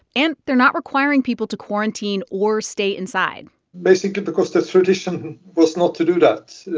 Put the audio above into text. and they're not requiring people to quarantine or stay inside basically because the tradition was not to do that, so